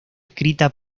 escrita